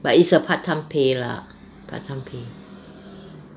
but it's a part time pay lah part time pay